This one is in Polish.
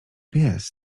pies